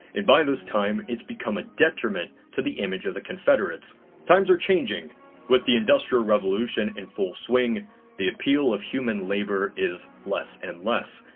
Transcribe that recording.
by this time it's become a detriment to the image of the confederates times are changing with the industrial revolution in full swing the appeal of human labor is less, and less,